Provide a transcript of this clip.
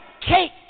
cake